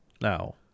Now